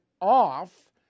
off